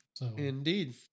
Indeed